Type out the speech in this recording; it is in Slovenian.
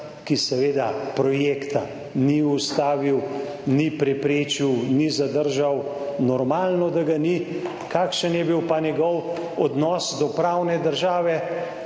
ki seveda projekta ni ustavil, ni preprečil, ni zadržal, normalno ga ni. Kakšen je bil pa njegov odnos do pravne države,